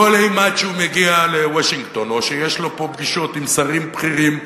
כל אימת שהוא מגיע לוושינגטון או שיש לו פה פגישות עם שרים בכירים,